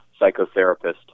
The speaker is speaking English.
psychotherapist